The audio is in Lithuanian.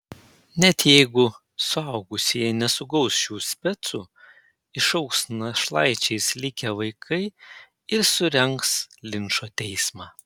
net jeigu suaugusieji nesugaus šių specų išaugs našlaičiais likę vaikai ir surengs linčo teismą